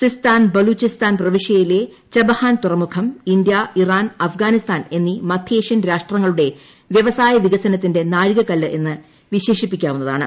Sistan Baluchistan പ്രവിശ്യയിലെ Chabahar തുറമുഖം India Iran Afghanistan എന്നീ മദ്ധ്യേഷ്യൻ രാഷ്ട്രങ്ങളുടെ വ്യവസായ വികസനത്തിന്റെ നാഴികക്കല്ല് എന്ന് വിശേഷിപ്പിക്കാവുന്നതാണ്